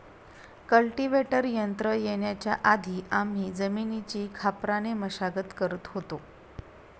cultivator यंत्र येण्याच्या आधी आम्ही जमिनीची खापराने मशागत करत होतो